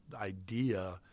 idea